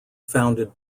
founded